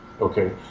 okay